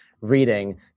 reading